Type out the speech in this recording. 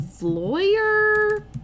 lawyer